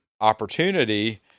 opportunity